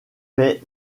fait